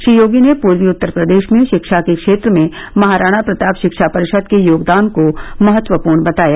श्री योगी ने पूर्वी उत्तर प्रदेश में शिक्षा के क्षेत्र में महाराणा प्रताप शिक्षा परिषद के योगदान को महत्वपूर्ण बताया